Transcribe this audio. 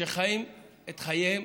וחיים את חייהם